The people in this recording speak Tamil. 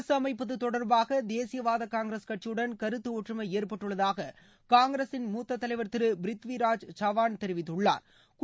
அரசு அமைப்பது தொடர்பாக தேசியவாத காங்கிரஸ் கட்சியுடன் கருத்து ஒற்றுமை ஏற்பட்டுள்ளதாக காங்கிரசின் மூத்த தலைவர் திரு பிரித்திவிராஜ்சவான் தெரிவித்துள்ளாா்